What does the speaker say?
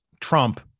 Trump